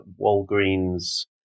Walgreens